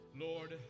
Lord